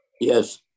Yes